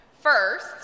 First